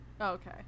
Okay